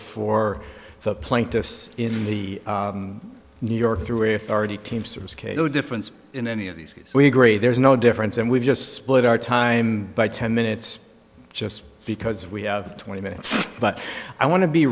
for the plaintiffs in the new york through authority teamsters case the difference in any of these we agree there's no difference and we've just split our time by ten minutes just because we have twenty minutes but i want to be